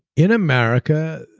in america,